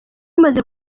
umaze